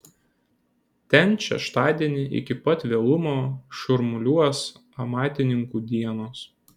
ten šeštadienį iki pat vėlumo šurmuliuos amatininkų dienos